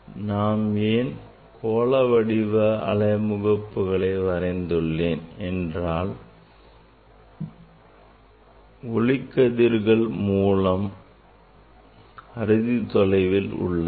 நான் ஏன் கோள வடிவ அலை முகப்புகளை வரைந்துள்ளேன் என்றால் ஒளிக் கதிர்கள் மூலம் அறுதி தொலைவில் உள்ளது